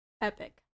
Epic